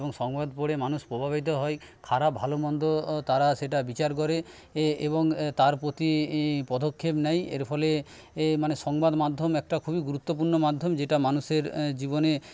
এবং সংবাদ পড়ে মানুষ প্রভাবিত হয় খারাপ ভালো মন্দ তারা সেটা বিচার করে এবং তার প্রতি পদক্ষেপ নেয় এরফলে মানে সংবাদ মাধ্যম একটা খুবই গুরুত্বপূর্ণ মাধ্যম যেটা মানুষের জীবনে